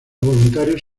voluntarios